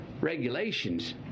regulations